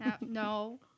No